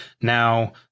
Now